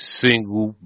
single